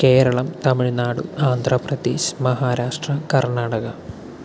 Keralam Tamil Nadu Andhra Pradesh Maharashtra Karnataka